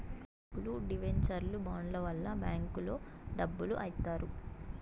అప్పులు డివెంచర్లు బాండ్ల వల్ల బ్యాంకులో డబ్బులు ఇత్తారు